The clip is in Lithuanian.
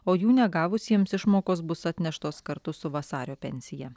o jų negavusiems išmokos bus atneštos kartu su vasario pensija